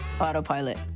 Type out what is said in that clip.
autopilot